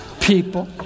People